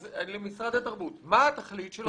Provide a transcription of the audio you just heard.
אז למשרד התרבות, מה התכלית של החוק הזה?